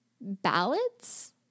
ballads